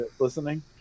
listening